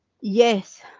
yes